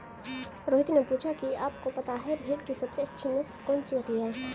रोहित ने पूछा कि आप को पता है भेड़ की सबसे अच्छी नस्ल कौन सी होती है?